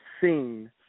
seen